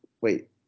Wait